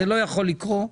זה לא יכול לקרות.